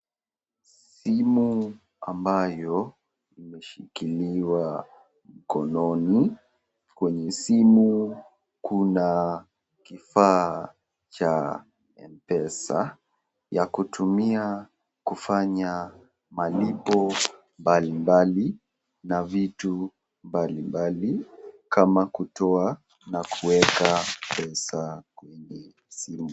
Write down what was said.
Simu ambayo imeshikiliwa mkononi ,kwenye simu kuna kifaa cha Mpesa ya kutumia kufanya malipo mbalimbali na vitu mbalimbali kama kutoa na kueka pesa kwenye simu.